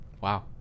Wow